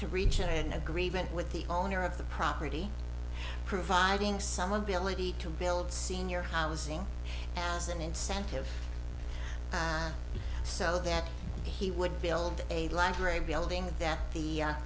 to reach an agreement with the owner of the property providing some ability to build senior housing as an incentive so that he would build a library building that the